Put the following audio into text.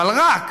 אבל רק,